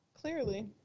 clearly